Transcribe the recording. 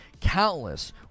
countless